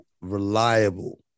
reliable